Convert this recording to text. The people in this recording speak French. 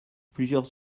plusieurs